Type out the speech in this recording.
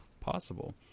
possible